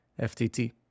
FTT